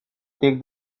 take